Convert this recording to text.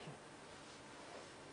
מה התפקיד שלך בתאגיד?